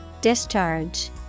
Discharge